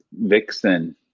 Vixen